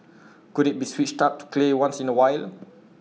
could IT be switched up to clay once in A while